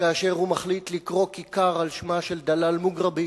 כאשר הוא מחליט לקרוא כיכר על שמה של דלאל מוגרבי